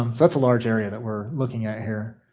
um that's a large area that we're looking at here.